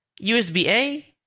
USB-A